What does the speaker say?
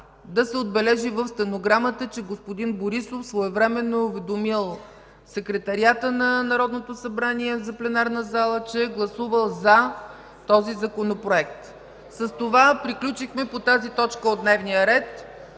Да се отбележи в стенограмата, че господин Борисов своевременно е уведомил Секретариата на Народното събрание за пленарната зала, че е гласувал „за” по този законопроект. С това приключихме по тази точка от дневния ред.